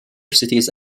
cities